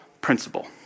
principle